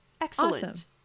excellent